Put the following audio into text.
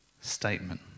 statement